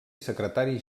secretari